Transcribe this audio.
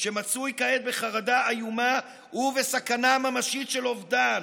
שמצוי כעת בחרדה איומה ובסכנה ממשית של אובדן.